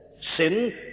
Sin